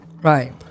Right